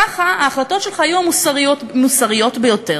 ככה ההחלטות שלך יהיו המוסריות ביותר.